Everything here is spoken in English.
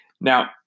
Now